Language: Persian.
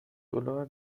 دلار